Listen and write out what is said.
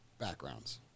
backgrounds